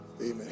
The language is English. Amen